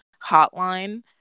hotline